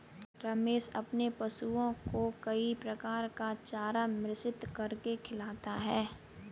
रमेश अपने पशुओं को कई प्रकार का चारा मिश्रित करके खिलाता है